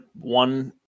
one